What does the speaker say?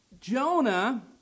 Jonah